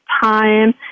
time